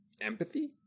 Empathy